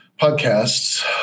podcasts